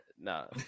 No